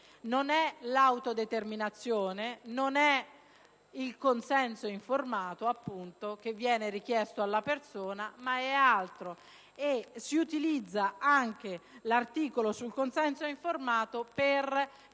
sono l'autodeterminazione e il consenso informato che viene richiesto alla persona, ma altro. In altre parole, anche l'articolo sul consenso informato è